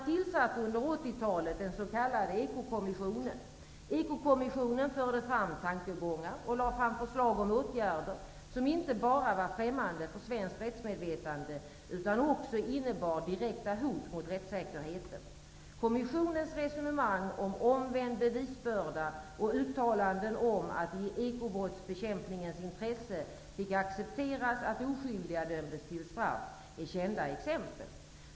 talet den s.k. Eko-kommissionen. Ekokommissionen förde fram tankegångar och lade fram förslag om åtgärder som inte bara var främmande för svenskt rättsmedvetande utan också innebar direkta hot mot rättssäkerheten. Kommissionens resonemang om omvänd bevisbörda och dess uttalanden om att det i ekobrottsbekämpningens intresse fick accepteras att oskyldiga dömdes till straff, är kända exempel.